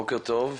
בוקר טוב.